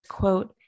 quote